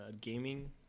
gaming